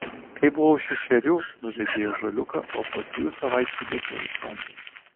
kai buvau šešerių nuvedė į ąžuoliuką o po trijų savaičių lėkiau iš ten